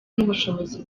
n’ubushobozi